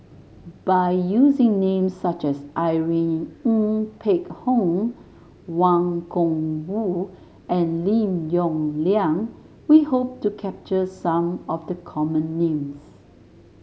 by using names such as Irene Ng Phek Hoong Wang Gungwu and Lim Yong Liang we hope to capture some of the common names